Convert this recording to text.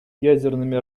ядерными